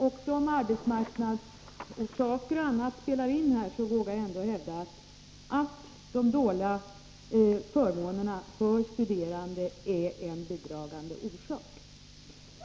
Och även om arbetsmarknadsorsaker och annat spelar in vågar jag hävda att de dåliga förmånerna för studerande är en bidragande orsak.